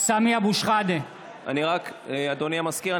רק אדוני המזכיר,